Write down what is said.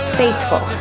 faithful